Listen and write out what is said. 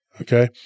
Okay